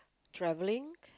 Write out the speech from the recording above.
travelling